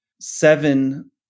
seven